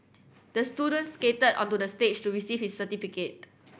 the student skated onto the stage to receive his certificate